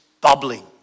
bubbling